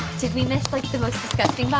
did we miss like the most disgusting box.